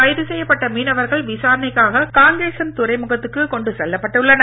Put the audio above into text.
கைது செய்யப்பட்ட மீனவர்கள் விசாரணைக்காக காங்கேசன் துறைக்கு கொண்டு செல்லப்பட்டுள்ளனர்